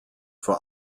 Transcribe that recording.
vor